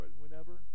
whenever